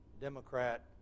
Democrat